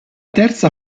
terza